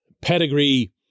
pedigree